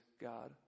God